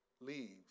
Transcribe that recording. leaves